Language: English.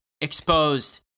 exposed